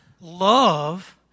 love